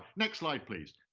next slide, please.